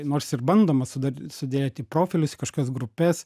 nors ir bandoma sudar sudėt į profilius į kažkokias grupes